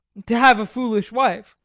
to have a foolish wife.